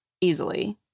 easily